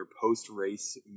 post-race